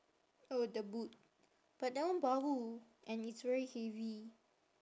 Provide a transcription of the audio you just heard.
oh the boot but that one bau and it's very heavy